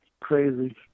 crazy